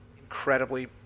incredibly